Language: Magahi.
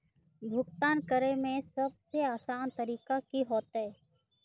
भुगतान करे में सबसे आसान तरीका की होते?